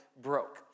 broke